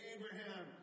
Abraham